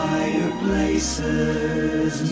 Fireplaces